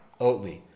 Oatly